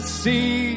see